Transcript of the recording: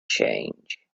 change